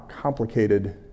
complicated